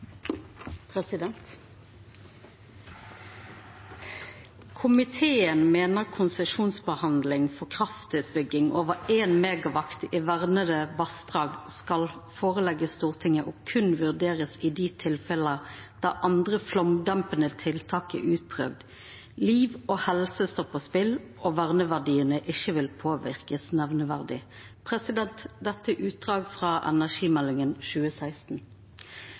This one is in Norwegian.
mener konsesjonsbehandling for kraftutbygging over 1 MW i vernede vassdrag skal forelegges Stortinget og kun vurderes i de tilfeller der andre flomdempende tiltak er utprøvd, liv og helse står på spill og verneverdiene ikke vil påvirkes nevneverdig.» Dette er eit utdrag frå energimeldinga frå 2016.